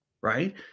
right